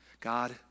God